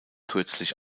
kürzlich